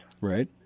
Right